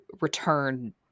return